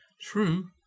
True